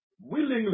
willingly